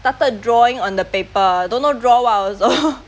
started drawing on the paper don't know draw what also